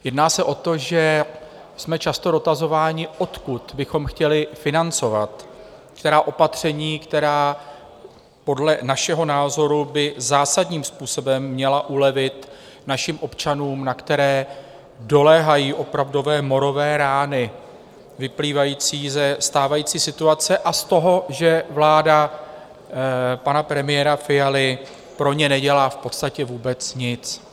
Jedná se o to, že jsme často dotazováni, odkud bychom chtěli financovat, která opatření by podle našeho názoru měla zásadním způsobem ulevit našim občanům, na které doléhají opravdové morové rány vyplývající ze stávající situace a z toho, že vláda pana premiéra Fialy pro ně nedělá v podstatě vůbec nic.